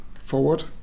forward